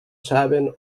saben